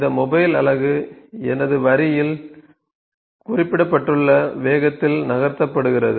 இந்த மொபைல் அலகு எனது வரியில் எனது கன்வேயரில் குறிப்பிடப்பட்டுள்ள வேகத்தில் நகர்த்தப்படுகிறது